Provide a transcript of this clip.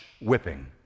whipping